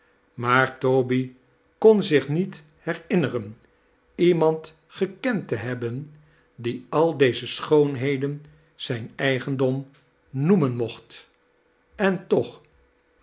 maar toby koa ziah niet herinneren iemand gekend te hebben die al deze schoonheden zijn eigendom noemen mocht en toch